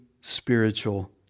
spiritual